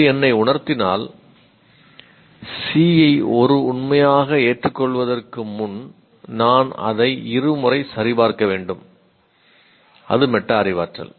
அது என்னைத் உணர்த்தினால் C ஐ ஒரு உண்மையாக ஏற்றுக்கொள்வதற்கு முன் நான் அதை இருமுறை சரிபார்க்க வேண்டும் அது மெட்டா அறிவாற்றல்